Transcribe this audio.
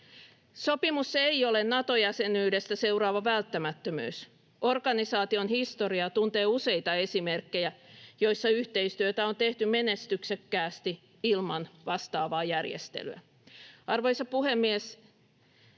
Sopimus ei ole Nato-jäsenyydestä seuraava välttämättömyys. Organisaation historia tuntee useita esimerkkejä, joissa yhteistyötä on tehty menestyksekkäästi ilman vastaavaa järjestelyä. Arvoisa puhemies!